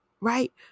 right